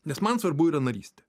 nes man svarbu yra narystė